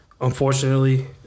unfortunately